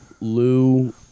Lou